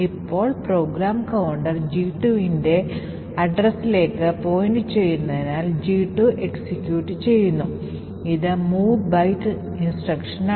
ഇപ്പോൾ program counter G2ന്റെ വിലാസത്തിലേക്ക് പോയിന്റുചെയ്യുന്നതിനാൽ G2 എക്സിക്യൂട്ട് ചെയ്യപ്പെടുന്നു ഇത് mov byte നിർദ്ദേശമാണ്